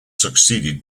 succeeded